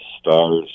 stars